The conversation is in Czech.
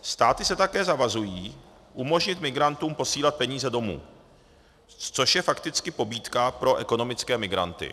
Státy se také zavazují umožnit migrantům posílat peníze domů, což je fakticky pobídka pro ekonomické migranty.